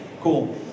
Cool